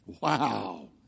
Wow